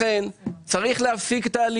וזה לא צריך להיות זרוע ביצוע של משרד האוצר,